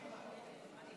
נתקבל